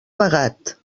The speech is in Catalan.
pegat